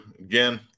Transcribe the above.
Again